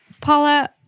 Paula